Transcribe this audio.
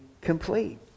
complete